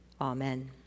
Amen